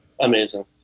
amazing